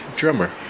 drummer